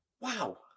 Wow